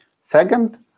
Second